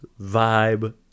vibe